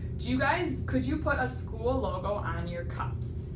do you guys, could you put a school logo on your cups?